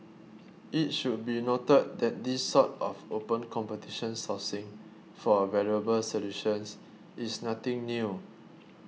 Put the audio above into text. it should be noted that this sort of open competition sourcing for valuable solutions is nothing new